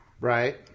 Right